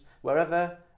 wherever